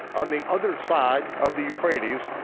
on the other side of the euphrates,